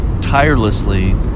tirelessly